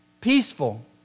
peaceful